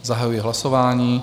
Zahajuji hlasování.